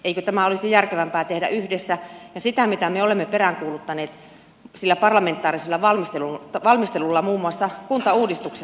eikö tämä olisi järkevämpää tehdä yhdessä mitä me olemme peräänkuuluttaneet sillä parlamentaarisella valmistelulla muun muassa kuntauudistuksessa